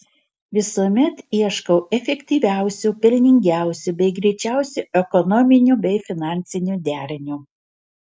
visuomet ieškau efektyviausio pelningiausio bei greičiausio ekonominio bei finansinio derinio